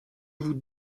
vous